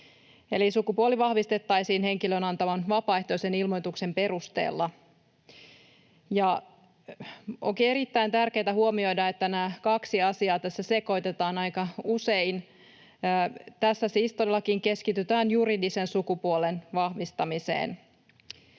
eli sukupuoli vahvistettaisiin henkilön antaman vapaaehtoisen ilmoituksen perusteella. Onkin erittäin tärkeätä huomioida, että nämä kaksi asiaa tässä sekoitetaan aika usein. Tässä siis todellakin keskitytään juridisen sukupuolen vahvistamiseen.